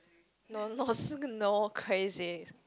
no no crazy